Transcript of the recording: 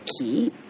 key